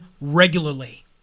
regularly